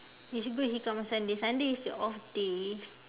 is it good he come on Sunday Sunday is your off day